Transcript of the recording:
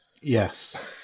Yes